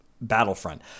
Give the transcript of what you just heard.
battlefront